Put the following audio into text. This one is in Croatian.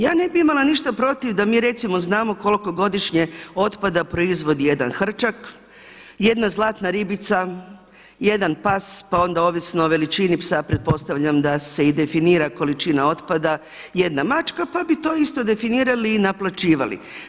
Ja ne bih imala ništa protiv da mi recimo znamo koliko godišnje otpada proizvodi jedan hrčak, jedna zlatna ribica, jedan pas, pa onda ovisno o veličini psa, pretpostavljam da se i definira količina otpada, jedna mačka pa bi to isto definirali i naplaćivali.